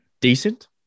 decent